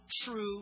true